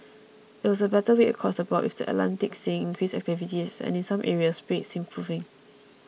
it was a better week across the board with the Atlantic seeing increased activity and in some areas rates improving